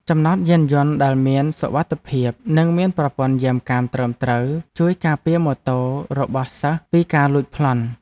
ចំណតយានយន្តដែលមានសុវត្ថិភាពនិងមានប្រព័ន្ធយាមកាមត្រឹមត្រូវជួយការពារម៉ូតូរបស់សិស្សពីការលួចប្លន់។